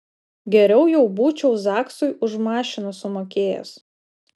geriau jau būčiau zaksui už mašiną sumokėjęs